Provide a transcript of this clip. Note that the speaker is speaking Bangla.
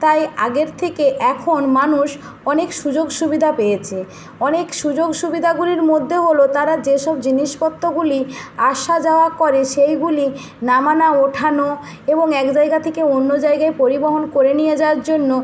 তাই আগের থেকে এখন মানুষ অনেক সুযোগ সুবিধা পেয়েছে অনেক সুযোগ সুবিধাগুলির মধ্যে হল তারা যেসব জিনিসপত্রগুলি আসা যাওয়া করে সেইগুলি নামানো ওঠানো এবং এক জায়গা থেকে অন্য জায়গায় পরিবহন করে নিয়ে যাওয়ার জন্য